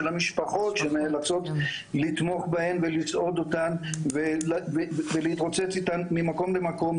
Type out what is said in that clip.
המשפחות שנאלצות לתמוך בהם ולסעוד אותם ולהתרוצץ איתם ממקום למקום.